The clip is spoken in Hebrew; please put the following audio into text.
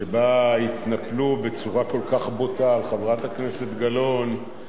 שבה התנפלו בצורה כל כך בוטה על חברת הכנסת גלאון,